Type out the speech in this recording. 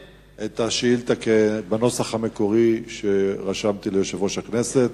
התקנון, בנוסח המקורי שרשמתי ליושב-ראש הכנסת.